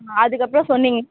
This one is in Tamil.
அதுக்கப்புறம் சொன்னிங்க